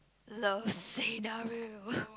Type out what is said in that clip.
love scenario